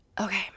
Okay